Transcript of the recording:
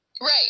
Right